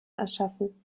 erschaffen